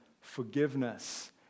forgiveness